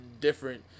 different